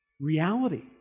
reality